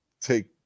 take